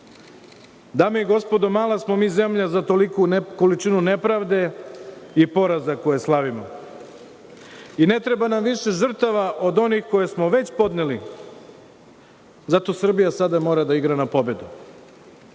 Dame i gospodo, mala smo mi zemlja za toliku količinu nepravde i poraza koje slavimo. I ne treba nam više žrtava od onih koje smo već podneli. Zato Srbija sada mora da igra na pobedu.U